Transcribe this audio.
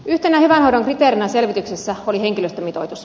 yhtenä hyvän hoidon kriteerinä selvityksessä oli henkilöstömitoitus